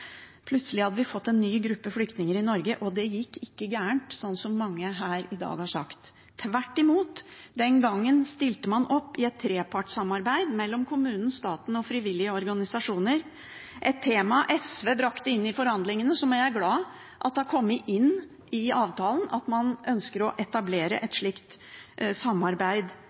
Plutselig hadde vi fått en ny gruppe flyktninger i Norge, og det gikk ikke galt, slik som mange her i dag har sagt. Tvert imot – den gangen stilte man opp i et trepartssamarbeid mellom kommunen, staten og frivillige organisasjoner, et tema SV brakte inn i forhandlingene, og som jeg er glad for er kommet inn i avtalen – det at man ønsker å etablere et